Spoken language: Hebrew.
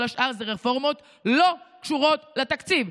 כל השאר זה רפורמות שלא קשורות לתקציב,